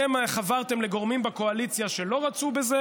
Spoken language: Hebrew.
אתם חברתם לגורמים בקואליציה שלא רצו בזה